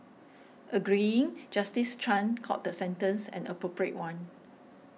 agreeing Justice Chan called the sentence an appropriate one